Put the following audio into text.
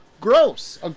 Gross